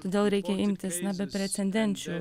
todėl reikia imtis na beprecedenčių